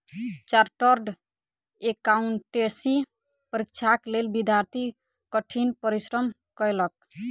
chartered accountancy परीक्षाक लेल विद्यार्थी कठिन परिश्रम कएलक